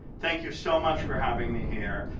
thank you so much for having me here.